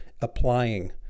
applying